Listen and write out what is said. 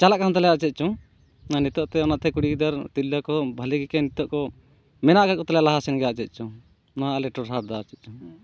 ᱪᱟᱞᱟᱜ ᱠᱟᱱ ᱛᱟᱞᱮᱭᱟ ᱪᱮᱫ ᱪᱚᱝ ᱢᱟᱱᱮ ᱱᱤᱛᱚᱜ ᱛᱮ ᱚᱱᱟᱛᱮ ᱠᱩᱲᱤ ᱜᱤᱫᱟᱹᱨ ᱛᱤᱨᱞᱟᱹ ᱠᱚ ᱵᱷᱟᱞᱮ ᱜᱮᱠᱮ ᱱᱤᱛᱚᱜ ᱠᱚ ᱢᱮᱱᱟᱜ ᱠᱟᱫ ᱠᱚᱛᱟ ᱞᱮᱭᱟ ᱞᱟᱦᱟᱥᱮᱱᱜᱮ ᱟᱨ ᱪᱮᱫ ᱪᱚᱝ ᱱᱚᱣᱟ ᱟᱞᱮ ᱴᱚᱴᱷᱟ ᱨᱮᱫᱚ ᱪᱮᱫ ᱪᱚᱝ